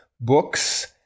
books